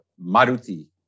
Maruti